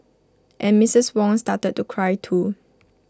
and Mistress Wong started to cry too